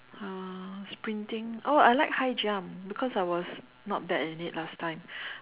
uh sprinting oh I like high jump because I was not bad in it last time